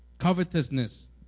covetousness